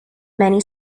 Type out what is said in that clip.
many